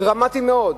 דרמטיים מאוד,